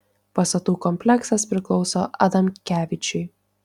pastatų kompleksas priklauso adamkevičiui